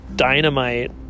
dynamite